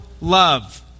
love